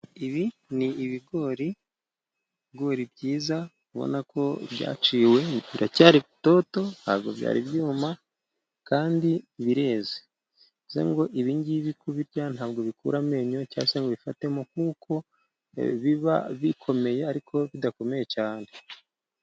Ibi ni ibigori, ibigori byiza ubona ko byaciwe, biracyari bitoto ntabwo byari byuma kandi bireze, bivuze ngo ibingibi kubirya ntabwo bikura amenyo cyangwa se ngo bifatemo, nkuko biba bikomeye ariko bidakomeye cyane.